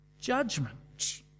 judgment